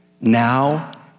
now